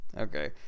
okay